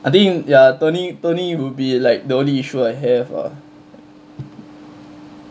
I think ya turning turning will be like the only issue I have ah